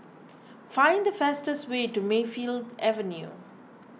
find the fastest way to Mayfield Avenue